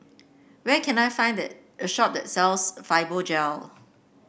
where can I find the a shop that sells Fibogel